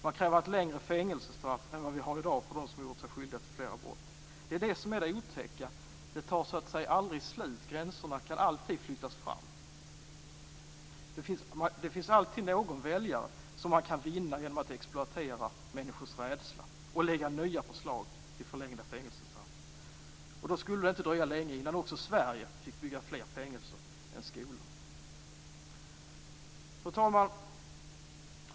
Man kräver längre fängelsestraff än vad vi har i dag för dem som har gjort sig skyldiga till flera brott. Det är det som är det otäcka. Det tar så att säga aldrig slut. Gränserna kan alltid flyttas fram. Det finns alltid någon väljare man kan vinna genom att exploatera människors rädsla och lägga nya förslag till förlängda fängelsestraff. Då skulle det inte dröja länge förrän också Sverige fick bygga fler fängelser än skolor. Fru talman!